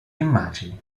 immagini